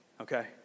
okay